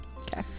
okay